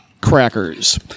crackers